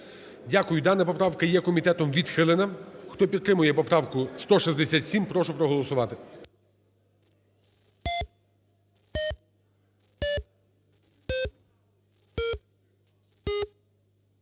Дякую. Дана поправка є комітетом відхилена. Хто підтримує поправку 167, прошу проголосувати.